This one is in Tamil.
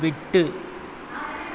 விட்டு